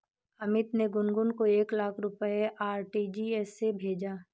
अमित ने गुनगुन को एक लाख रुपए आर.टी.जी.एस से भेजा